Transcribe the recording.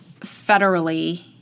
federally